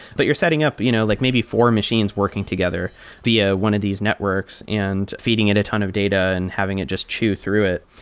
but you're setting up you know like like maybe four machines working together via one of these networks and feeding it a ton of data and having it just chew through it.